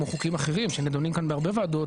כמו חוקים אחרים שנדונים כאן בהרבה ועדות,